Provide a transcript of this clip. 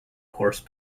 horse